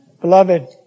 Beloved